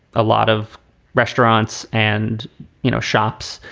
a lot of restaurants and you know shops.